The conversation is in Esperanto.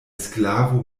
sklavo